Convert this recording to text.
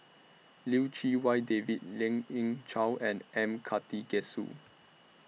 Lim Chee Wai David Lien Ying Chow and M Karthigesu